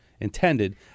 intended